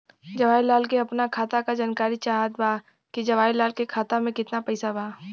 जवाहिर लाल के अपना खाता का जानकारी चाहत बा की जवाहिर लाल के खाता में कितना पैसा बा?